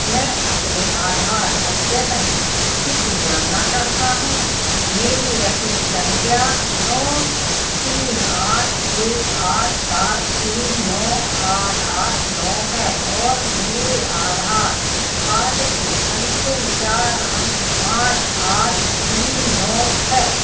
मैं अपने आधार अद्यतन की स्थिति जानना चाहता हूँ मेरी रसीद संख्या नौ तीन आठ एक आठ सात तीन नौ आठ आठ नौ है और मेरे आधार कार्ड के अंतिम चार अंक पाँच आठ तीन नौ हैं